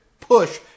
push